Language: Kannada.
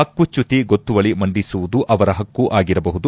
ಹಕ್ಕುಚ್ಕುತಿ ಗೊತ್ತುವಳಿ ಮಂಡಿಸುವುದು ಅವರ ಪಕ್ಕು ಆಗಿರಬಹುದು